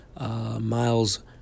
Miles